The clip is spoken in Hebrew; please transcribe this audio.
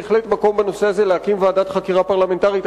אני חושב שיש בהחלט מקום בנושא הזה להקים ועדת חקירה פרלמנטרית,